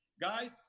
guys